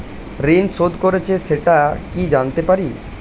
ঋণ শোধ করেছে সেটা কি জানতে পারি?